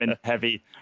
heavy